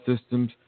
systems